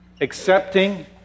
accepting